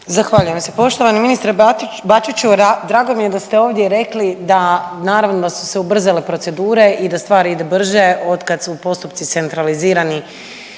Zahvaljujem se. Poštovani ministre Bačiću drago mi je da ste ovdje rekli da naravno da su se ubrzale procedure i da stvar ide brže od kada su postupci centralizirani